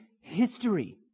history